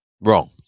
Wrong